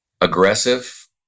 Aggressive